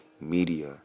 media